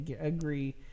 agree